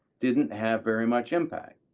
didn't have very much impact.